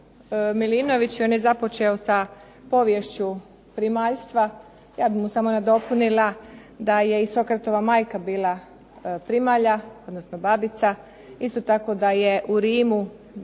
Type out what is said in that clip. Milinović i on je započeo sa poviješću primaljstva. Ja bih mu samo nadopunila da je i Sokratova majka bila primalja, odnosno babica. Isto tako da je u Rimu